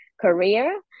career